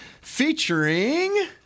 featuring